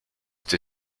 the